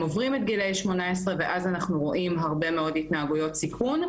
עוברים את גילאי שמונה עשרה ואז אנחנו רואים הרבה מאוד התנהגויות סיכון.